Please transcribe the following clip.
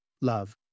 love